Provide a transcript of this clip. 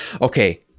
Okay